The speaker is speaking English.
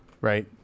right